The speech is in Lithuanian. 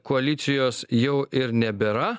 koalicijos jau ir nebėra